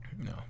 No